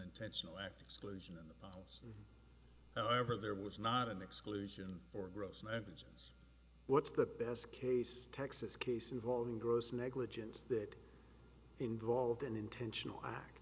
intentional act exclusion and however there was not an exclusion for gross negligence what's the best case texas case involving gross negligence that involved an intentional